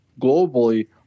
globally